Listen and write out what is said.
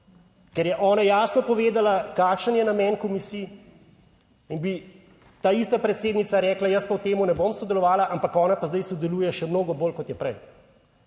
ker je ona jasno povedala, kakšen je namen komisije, in bi ta ista predsednica rekla, jaz pa v tem ne bom sodelovala, ampak ona pa zdaj sodeluje še mnogo bolj, kot je prej.